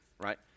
right